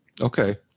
Okay